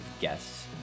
guests